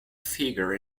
figure